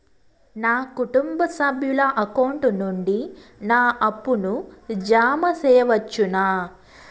నా కుటుంబ సభ్యుల అకౌంట్ నుండి నా అప్పును జామ సెయవచ్చునా?